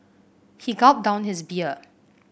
he gulped down his beer